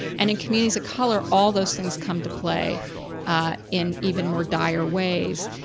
and in communities of color, all those things come to play in even more dire ways,